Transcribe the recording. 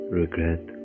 regret